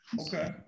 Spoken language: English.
Okay